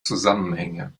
zusammenhänge